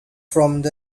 from